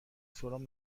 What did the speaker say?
سرم